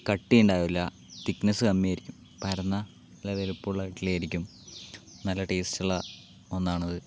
കട്ടി ഉണ്ടാകില്ല തിക്നെസ്സ് കമ്മി ആയിരിക്കും പരന്ന നല്ല വലിപ്പമുള്ള ഇഡ്ഡലി ആയിരിക്കും നല്ല ടേസ്റ്റ് ഉള്ള ഒന്നാണത്